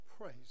praise